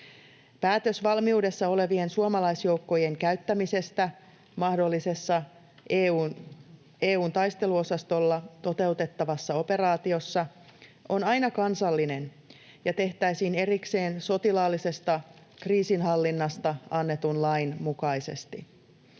Päätös valmiudessa olevien suomalaisjoukkojen käyttämisestä mahdollisessa EU:n taisteluosastolla toteutettavassa operaatiossa on aina kansallinen ja tehtäisiin erikseen sotilaallisesta kriisinhallinnasta annetun lain mukaisesti.